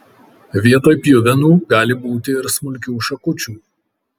vietoj pjuvenų gali būti ir smulkių šakučių